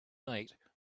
night